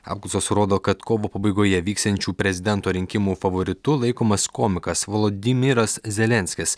apklausos rodo kad kovo pabaigoje vyksiančių prezidento rinkimų favoritu laikomas komikas volodymyras zelenskis